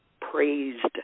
praised